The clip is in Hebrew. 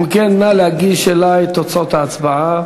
אם כן, נא להגיש לי את תוצאות ההצבעה.